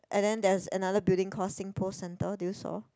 and then there's another building called SingPost Centre did you saw